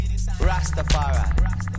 Rastafari